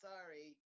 Sorry